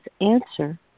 answer